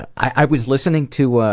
i was listening to, ah,